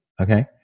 Okay